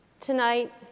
Tonight